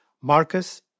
Marcus